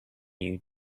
you